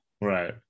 Right